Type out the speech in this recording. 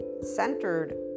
centered